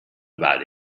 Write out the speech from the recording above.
about